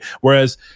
Whereas